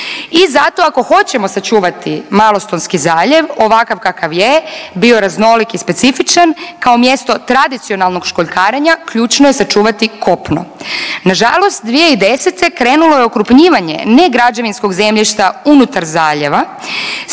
I zato ako hoćemo sačuvati Malostonski zaljev ovakav kakav je bio raznolik i specifičan kao mjesto tradicionalnog školjkarenja ključno je sačuvati kopno. Nažalost 2010. krenulo je okrupnjivanje ne građevinskog zemljišta unutar zaljeva